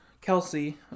Kelsey